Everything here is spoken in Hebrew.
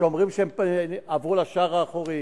כשאומרים שהם עברו לשער האחורי